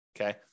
okay